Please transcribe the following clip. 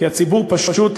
כי הציבור פשוט,